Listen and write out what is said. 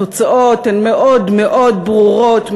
התוצאות הן מאוד מאוד ברורות,